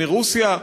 מרוסיה.